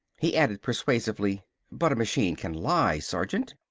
he added persuasively but a machine can lie, sergeant?